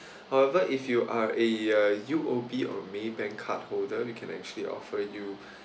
however if you are a uh U_O_B or maybank card holder we can actually offer you